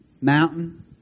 mountain